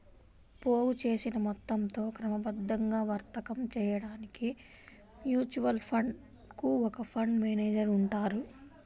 పోగుచేసిన మొత్తంతో క్రమబద్ధంగా వర్తకం చేయడానికి మ్యూచువల్ ఫండ్ కు ఒక ఫండ్ మేనేజర్ ఉంటారు